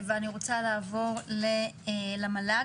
אני רוצה לעבור למל"ג,